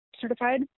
certified